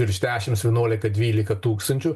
virš dešims vienuolika dvylika tūkstančių